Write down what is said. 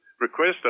request